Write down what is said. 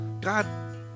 God